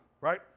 right